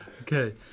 Okay